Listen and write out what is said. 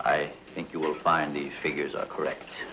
i think you will find these figures are correct